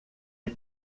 est